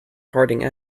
harding